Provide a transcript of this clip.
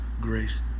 grace